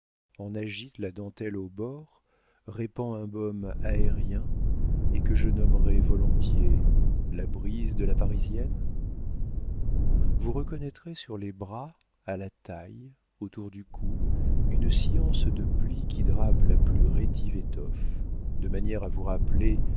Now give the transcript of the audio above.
en agite la dentelle au bord répand un baume aérien et que je nommerais volontiers la brise de la parisienne vous reconnaîtrez sur les bras à la taille autour du cou une science de plis qui drape la plus rétive étoffe de manière à vous rappeler